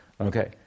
Okay